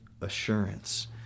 assurance